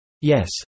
Yes